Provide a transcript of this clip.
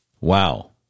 Wow